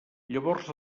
llavors